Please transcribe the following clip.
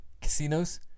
casinos